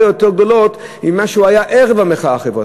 יותר גדולות ממה שהיה ערב המחאה החברתית.